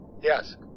yes